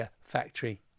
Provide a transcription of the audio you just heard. Factory